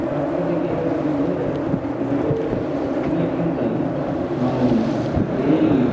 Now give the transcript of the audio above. ಭಾರತದ ಬಗ್ಗೆ ಹೇಳ್ಬೇಕಂತಂದರೆ ಇಲ್ಲಿ ಕೊಟ್ಟಿರ್ತಕಂಥ ಸಮಯಕ್ಕಿಂತ ನಾವು ಏನು